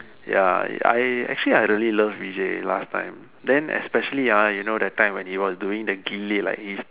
ya I actually I really love Vijay last time then especially ah you know that time when he was doing that கில்லி:killi like he's